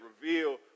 reveal